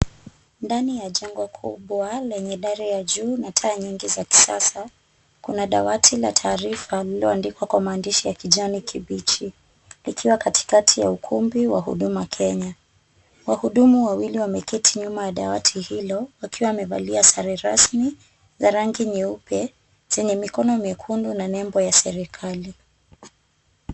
Ndani ya jengo kubwa lenye dari ya juu na taa nyingi za kisasa. Kuna dawati la taarifa lililoandikwa kwa maandishi ya kijani kibichi ikiwa katikati ya ukumbi wa huduma Kenya. Wahudumu wawili wameketi nyuma ya dawati hilo wakiwa wamevalia sare rasmi ya rangi nyeupe zenye mikono miekundu na nembo ya serikali.